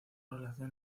relación